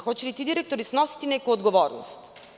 Hoće li ti direktori snositi neku odgovornost?